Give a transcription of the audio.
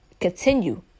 continue